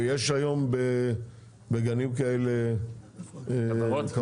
ויש היום בגנים האלה כוורות?